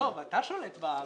אתה שולט בחדשות...